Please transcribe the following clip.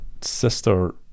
sister